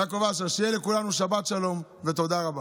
יעקב אשר, שתהיה לכולנו שבת שלום ותודה רבה.